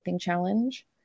challenge